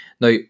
Now